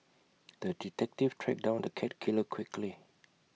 the detective tracked down the cat killer quickly